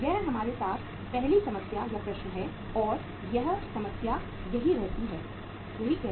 यह हमारे साथ पहली समस्या या प्रश्न है और यह समस्या यही कहतीहै